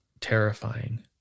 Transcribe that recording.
terrifying